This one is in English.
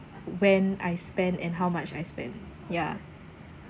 when I spend and how much I spent yeah